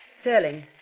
Sterling